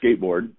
skateboard